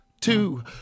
two